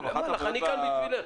אני כאן בשבילך.